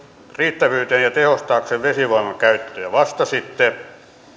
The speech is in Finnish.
riittävyyden ja tehostaakseen vesivoiman käyttöä vastasitte